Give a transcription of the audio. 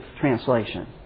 translation